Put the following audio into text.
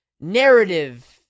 narrative